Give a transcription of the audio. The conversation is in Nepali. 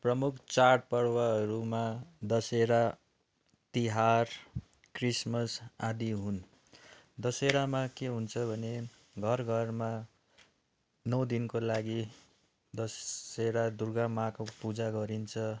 प्रमुख चाड पर्वहरूमा दसेरा तिहार क्रिसमस आदि हुन् दसेरामा के हुन्छ भने घर घरमा नौ दिनको लागि दस्सेरा दुर्गा माँको पूजा गरिन्छ